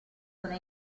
sono